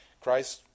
Christ